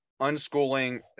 unschooling